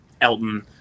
Elton